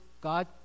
God